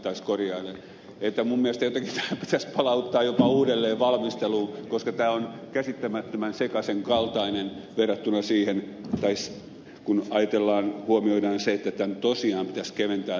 minun mielestäni jotenkin tämä pitäisi palauttaa jopa uudelleen valmisteluun koska tämä on käsittämättömän sekaisen kaltainen kun huomioidaan se että tämän tosiaan pitäisi keventää ja selkeyttää